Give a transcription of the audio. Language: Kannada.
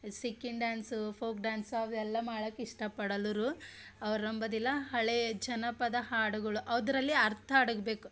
ಡ್ಯಾನ್ಸು ಫೊಕ್ ಡ್ಯಾನ್ಸು ಅವೆಲ್ಲ ಮಾಡಕ್ಕೆ ಇಷ್ಟಪಡಲ್ಲುರು ಅವ್ರು ಅಂಬದಿಲ್ಲ ಹಳೆಯ ಜನಪದ ಹಾಡುಗಳು ಅದರಲ್ಲಿ ಅರ್ಥ ಅಡಗಬೇಕು